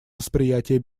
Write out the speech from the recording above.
восприятия